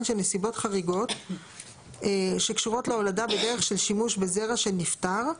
של נסיבות חריגות שקשורות להולדה בדרך של שימוש בזרע של נפטר;